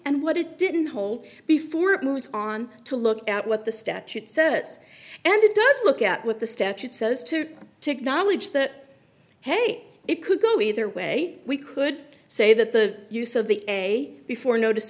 and what it didn't hold before it moves on to look at what the statute says and it does look at what the statute says to acknowledge that hey it could go either way we could say that the use of the a before notice